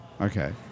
Okay